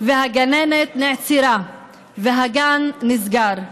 הגננת נעצרה והגן נסגר.